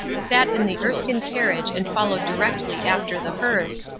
sat in the erskine carriage and followed directly after the hearse,